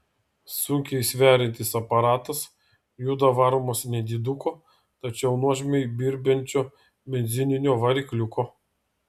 sunkiai sveriantis aparatas juda varomas nediduko tačiau nuožmiai birbiančio benzininio varikliuko